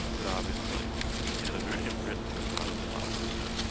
but obviously hanoverian britain was not a democracy.